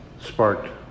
sparked